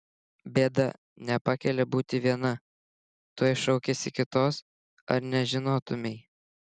bėda nepakelia būti viena tuoj šaukiasi kitos ar nežinotumei